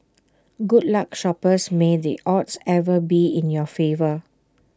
good luck shoppers may the odds ever be in your favour